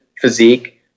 physique